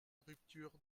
rupture